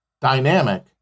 dynamic